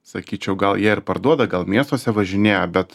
sakyčiau gal jie ir parduoda gal miestuose važinėja bet